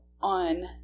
on